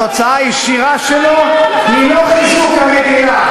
התוצאה הישירה שלו היא לא חיזוק המדינה